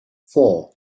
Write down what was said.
four